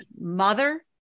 mother